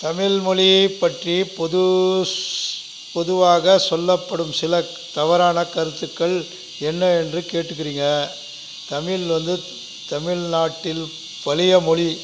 தமிழ் மொழியை பற்றி பொது பொதுவாக சொல்லப்படும் சில தவறான கருத்துக்கள் என்ன என்று கேட்டுக்கிறீங்க தமிழ் வந்து தமிழ்நாட்டில் பழைய மொழி